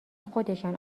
خودشان